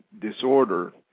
disorder